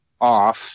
off